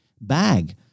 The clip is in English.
bag